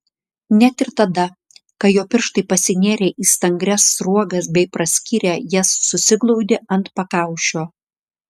net ir tada kai jo pirštai pasinėrė į stangrias sruogas bei praskyrę jas susiglaudė ant pakaušio